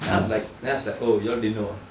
then I was like then I was like oh you all didn't know ah